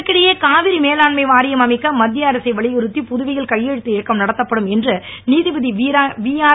இதற்கிடையே காவிரி மேலாண்மை வாரியம் அமைக்க மத்திய அரசை வலியுறுத்தி புதுவையில் கையெழுத்து இயக்கம் நடத்தப்படும் என்று நீதிபதி விஆர்